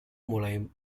mulai